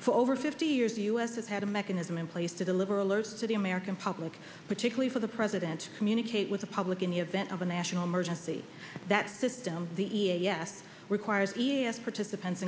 for over fifty years of us have had a mechanism in place to deliver alerts to the american public particularly for the president communicate with the public in the event of a national emergency that system the e a s requires e f participants